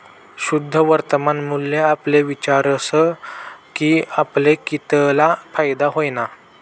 शुद्ध वर्तमान मूल्य आपले विचारस की आपले कितला फायदा व्हयना